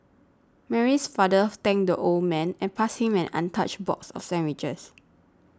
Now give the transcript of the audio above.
Mary's father thanked the old man and passed him an untouched box of sandwiches